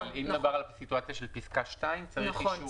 אם מדובר על סיטואציה של פסקה (2) צריך אישור --- נכון.